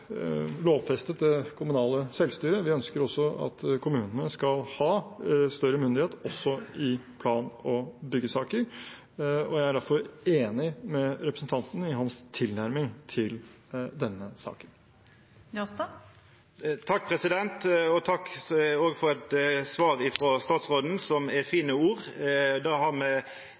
lovfestet det kommunale selvstyret, vi ønsker også at kommunene skal ha større myndighet i plan- og byggesaker, og jeg er derfor enig med representanten i hans tilnærming til denne saken. Takk for svaret frå statsråden, som er fine ord – dette har